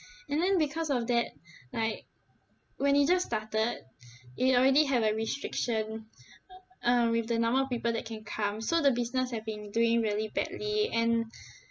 and then because of that like when it just started it already have a restriction um with the number of people that can come so the business have been doing really badly and